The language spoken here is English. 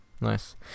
nice